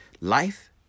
Life